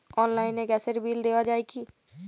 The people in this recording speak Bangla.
অনলাইনে গ্যাসের বিল দেওয়া যায় কি?